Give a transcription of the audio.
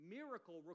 miracle